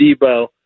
Debo